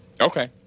Okay